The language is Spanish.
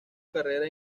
carrera